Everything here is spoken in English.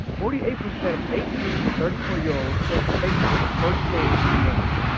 forty-eight percent of eighteen to thirty four year olds check facebook first thing in the morning.